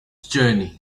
journey